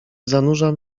zanurzam